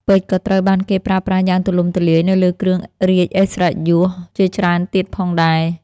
ពេជ្រក៏ត្រូវបានគេប្រើប្រាស់យ៉ាងទូលំទូលាយនៅលើគ្រឿងរាជឥស្សរិយយសជាច្រើនទៀតផងដែរ។